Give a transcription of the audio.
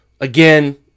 again